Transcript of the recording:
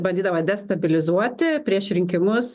bandydama destabilizuoti prieš rinkimus